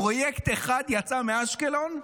פרויקט אחד יצא מאשקלון,